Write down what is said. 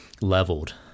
leveled